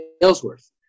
Ellsworth